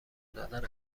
دادن